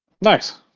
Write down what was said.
Nice